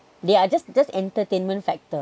they are just just entertainment factor